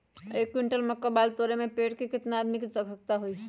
एक क्विंटल मक्का बाल तोरे में पेड़ से केतना आदमी के आवश्कता होई?